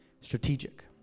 Strategic